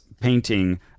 painting